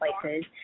places